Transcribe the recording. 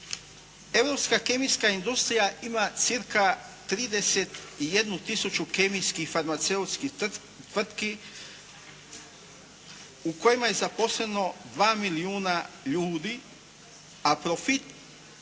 Europska kemijska industrija ima cca. 31 tisuću kemijskih, farmaceutskih tvrtki u kojima je zaposleno 2 milijuna ljudi a profit